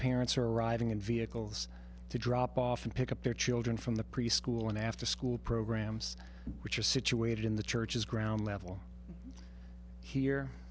parents are arriving in vehicles to drop off and pick up their children from the preschool and after school programs which are situated in the churches ground level here